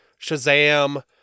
Shazam